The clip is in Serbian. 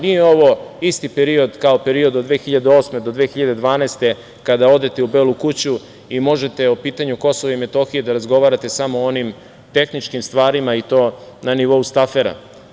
Nije ovo isti period kao period od 2008. do 2012. godine, kada odete u Belu kuću i možete o pitanju Kosova i Metohije da razgovarate samo o onim tehničkim stvarima i to na nivou Stafera.